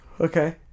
Okay